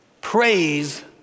praise